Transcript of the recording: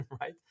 right